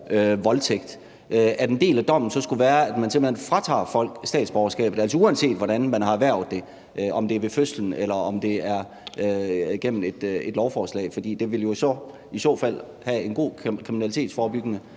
voldtægt. Skal en del af dommen så være, at man simpelt hen fratager folk statsborgerskabet, uanset hvordan de har erhvervet det, om det er ved fødslen, eller om det er gennem et lovforslag? For det ville jo i så fald have en god kriminalitetsforebyggende